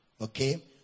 okay